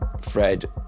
Fred